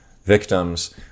victims